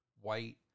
white